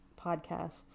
podcasts